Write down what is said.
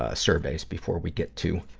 ah surveys before we get to,